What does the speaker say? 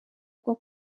bwo